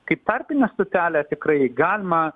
kaip tarpinę stotelę tikrai galima